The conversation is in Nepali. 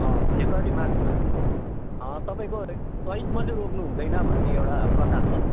अँ फेब्रवरी मार्चमा तपाईँको चैतमा चाहिँ रोप्नु हुँदैन भन्ने एउटा प्रथा छ